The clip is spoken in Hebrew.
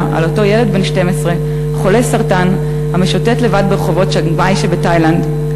על אותו ילד בן 12 חולה סרטן המשוטט לבד ברחובות צ'אנג-מאי שבתאילנד,